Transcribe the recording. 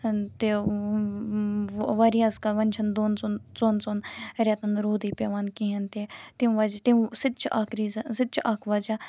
تہِ واریاہَس کا وۄنۍ چھنہٕ دۄن ژۄن ژۄن ژۄن رٮ۪تَن روٗدٕے پیٚوان کِہیٖنۍ تہِ تَمہِ وجہہ سُہ تہِ چھُ اَکھ ریٖزَن سُہ تہِ چھُ اَکھ وجہہ